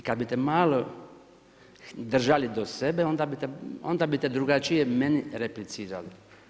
I kad bite malo držali do sebe onda bite drugačije meni replicirali.